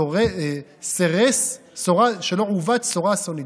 סורס או נדרס.